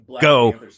Go